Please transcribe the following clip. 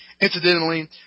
Incidentally